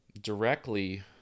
directly